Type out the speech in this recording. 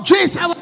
Jesus